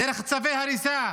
דרך צווי הריסה?